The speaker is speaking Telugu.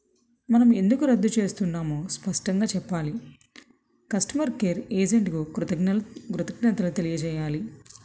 మనం ఎందుకు రద్దు చేస్తున్నామో స్పష్టంగా చెప్పాలి కస్టమర్ కేర్ ఏజెంట్కు కృతజ్ఞలు కృతజ్ఞతలు తెలియజేయాలి